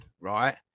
right